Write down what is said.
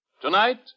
Tonight